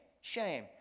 shame